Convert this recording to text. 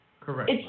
Correct